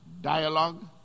dialogue